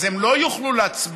אז הם לא יוכלו להצביע,